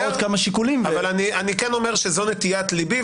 אבל אני כן אומר שזו נטיית ליבי,